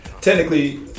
technically